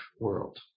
world